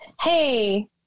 hey